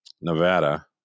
Nevada